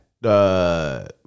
the-